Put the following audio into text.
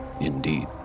indeed